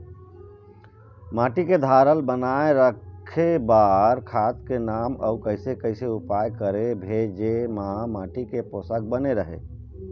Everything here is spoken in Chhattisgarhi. माटी के धारल बनाए रखे बार खाद के नाम अउ कैसे कैसे उपाय करें भेजे मा माटी के पोषक बने रहे?